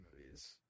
movies